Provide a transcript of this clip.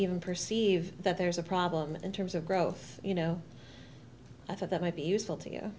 even perceive that there's a problem in terms of growth you know i thought that might be useful to